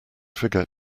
forget